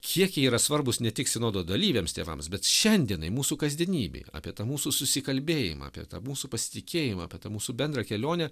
kiek jie yra svarbūs ne tik sinodo dalyviams tėvams bet šiandienai mūsų kasdienybei apie tą mūsų susikalbėjimą apie tą mūsų pasitikėjimą apie tą mūsų bendrą kelionę